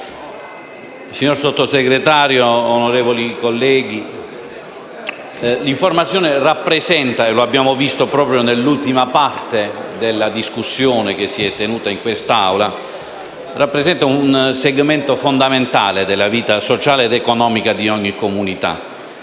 signor Sottosegretario, onorevoli colleghi, l'informazione rappresenta - lo abbiamo visto proprio nell'ultima parte della discussione che si è tenuta in quest'Assemblea - un segmento fondamentale della vita sociale ed economica di ogni comunità.